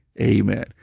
Amen